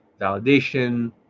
validation